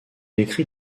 écrit